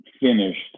Finished